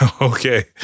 Okay